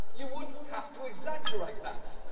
you wouldn't have to exaggerate that.